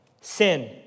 Sin